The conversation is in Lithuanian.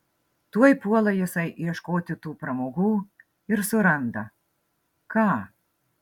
tuoj puola jisai ieškoti tų pramogų ir suranda ką